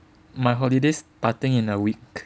my holidays starting in a week